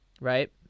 right